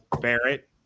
Barrett